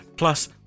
Plus